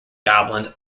goblins